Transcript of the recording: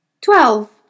Twelve